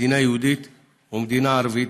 מדינה יהודית ומדינה ערבית,